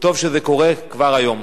וטוב שזה קורה כבר היום.